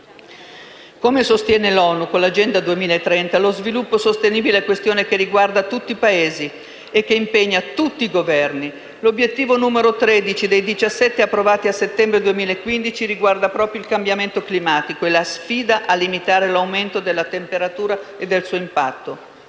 Come sostiene l'ONU con l'Agenda 2030, lo sviluppo sostenibile riguarda tutti i Paesi e impegna tutti i Governi. L'obiettivo n. 13 dei 17 approvati nel settembre 2015 riguarda proprio il cambiamento climatico e la sfida a limitare l'aumento della temperatura e del suo impatto.